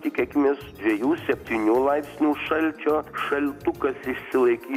tikėkimės dviejų septynių laipsnių šalčio šaltukas išsilaikys